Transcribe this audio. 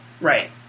Right